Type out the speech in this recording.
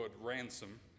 ransom